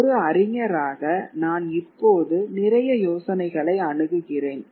ஒரு அறிஞராக நான் இப்போது நிறைய யோசனைகளை அணுகுகிறேன்